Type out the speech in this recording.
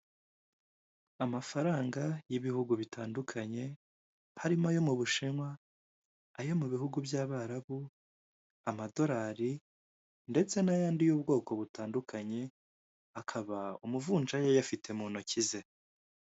Amafaranga y'ibihugu bitandukanye harimo ayo mu Bushinwa, ayo mu bihugu by'Abarabu, amadorari ndetse n'ayandi y'ubwoko butandukanye. Akaba umuvunjayi ayafite mu ntoki ze.